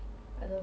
true